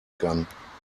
kann